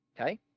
okay